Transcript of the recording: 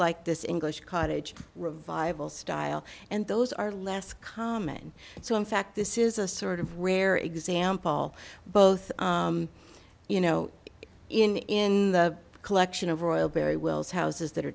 like this english cottage revival style and those are less common so in fact this is a sort of rare example both you know in a collection of royal barry wills houses that are